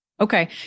Okay